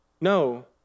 No